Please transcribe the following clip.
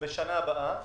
לשנה הבאה,